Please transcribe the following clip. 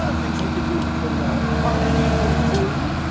ah things we could do to put it out. are any of them free?